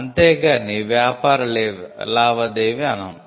అంతే కాని వ్యాపార లావాదేవి అనం